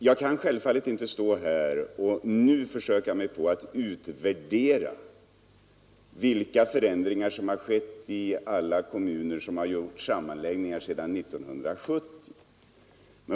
Jag kan självfallet inte stå här och nu försöka mig på att utvärdera vilka förändringar som har skett i alla kommuner som har gjort sammanläggningar sedan 1970.